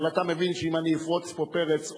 אבל אתה מבין שאם אני אפרוץ פה פרץ,